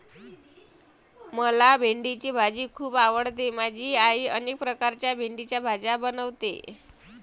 मला भेंडीची भाजी खूप आवडते माझी आई अनेक प्रकारच्या भेंडीच्या भाज्या बनवते